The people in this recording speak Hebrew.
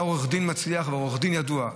ואתה עורך דין מצליח ועורך דין ידוע,